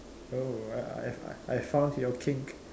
oh I I found your kink